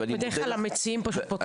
בדרך כלל המציעים פשוט פותחים את הדיון.